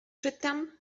czytam